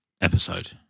episode